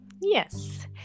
yes